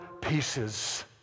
pieces